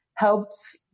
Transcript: helped